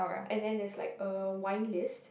and then there's like a wine list